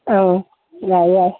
ꯎꯝ ꯌꯥꯏ ꯌꯥꯏ